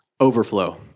Overflow